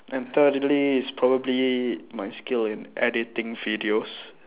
and thirdly is probably my skill in editing videos